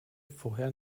vorher